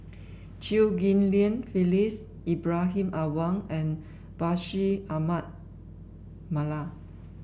Chew Ghim Lian Phyllis Ibrahim Awang and Bashir Ahmad Mallal